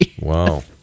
Wow